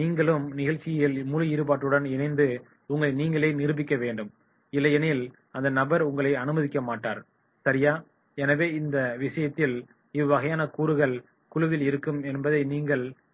நீங்களும் நிகழ்ச்சியில் முழு ஈடுபாட்டுடன் இணைந்து உங்களை நீங்களே நிரூபிக்க வேண்டும் இல்லையெனில் அந்த நபர் உங்களை அனுமதிக்க மாட்டார் சரியா" "எனவே இந்த விஷயத்தில் இவ்வகையான கூறுகள் குழுவில் இருக்கும் என்பதை நீங்கள் காண்பீர்கள்